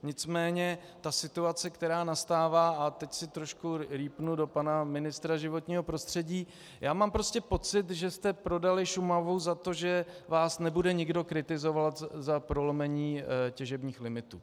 Nicméně situace, která nastává, a teď si trošku rýpnu do pana ministra životního prostředí, mám prostě pocit, že jste prodali Šumavu za to, že vás nebude nikdo kritizovat za prolomení těžebních limitů.